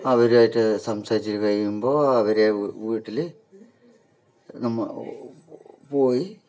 അവരുമായിട്ട് സംസാരിച്ച് കഴിയുമ്പോൾ അവരുടെ വീട്ടിൽ നമ്മൾ പോയി